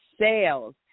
sales